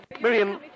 Miriam